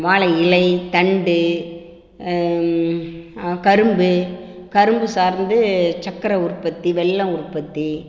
வாழை இலை தண்டு கரும்பு கரும்பு சார்ந்து சர்க்கரை உற்பத்தி வெல்லம் உற்பத்தி